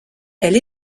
elle